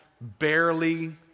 barely